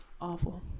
Awful